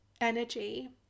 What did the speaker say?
energy